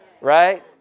right